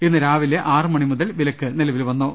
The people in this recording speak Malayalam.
ഇന്ന് രാവിലെ ആറുമണി മുതൽ വിലക്ക് നിലവിൽ വന്നു